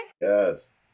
Yes